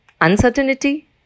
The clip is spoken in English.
Uncertainty